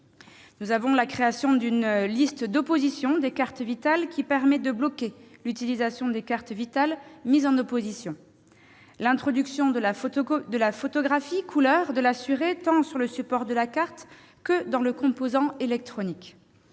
facturations : la création d'une liste d'opposition des cartes Vitale, qui permet de bloquer l'utilisation des cartes mises en opposition ; l'ajout de la photographie en couleur de l'assuré, tant sur le support de la carte que dans le composant électronique